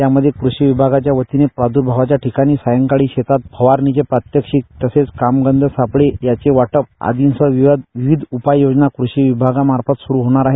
यामध्ये कृषी विभागाच्या वतीने प्रादुर्भावाचा ठिकाणी सायंकाळी शेतात फवारणीचे प्रात्यक्षिक तसेच कामगंध सापळे यांचे वाटप आर्दींसह विविध उपाय योजना कृषी विभागामार्फत सुरू होणार आहेत